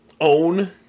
own